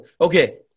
Okay